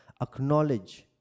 Acknowledge